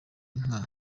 nka